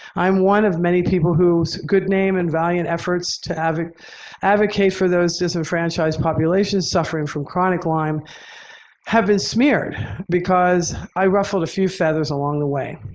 i'm one of many people whose good name and valiant efforts to advocate advocate for those disenfranchised population suffering from chronic lyme have been smeared because i ruffled a few feathers along the way.